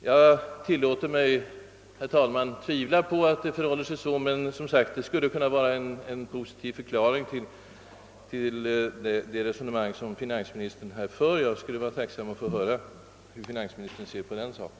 Jag tillåter mig, herr talman, att tvivla på att det förhåller sig så, men det skulle kunna vara en positiv förklaring till finansministerns resonemang. Jag skulle vara tacksam att höra hur finansministern ser på den saken.